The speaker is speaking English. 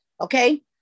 okay